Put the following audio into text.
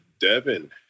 Devin